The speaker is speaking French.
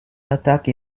attaque